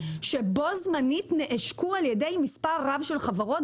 שבו זמנית נעשקו על ידי מספר רב של חברות,